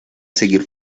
seguir